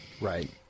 Right